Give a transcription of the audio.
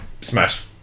Smash